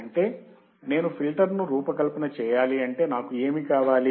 అంటే నేను ఫిల్టర్ ను రూపకల్పన చేయాలి అంటే నాకు ఏమి కావాలి